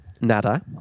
nada